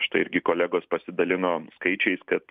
štai irgi kolegos pasidalino skaičiais kad